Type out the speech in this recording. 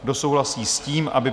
Kdo souhlasí s tím, aby...